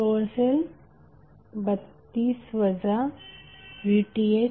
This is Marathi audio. तो असेल 32 VTh4